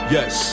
Yes